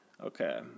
Okay